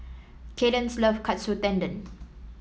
Kadence love Katsu Tendon